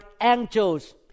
angels